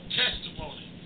testimony